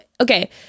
okay